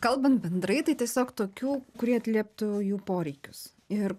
kalbant bendrai tai tiesiog tokių kurie atlieptų jų poreikius ir